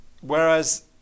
whereas